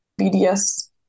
BDS